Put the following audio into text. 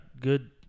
good